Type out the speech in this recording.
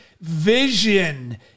vision